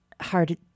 hard